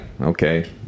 okay